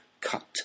cut